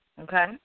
Okay